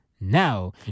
now